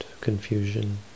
confusion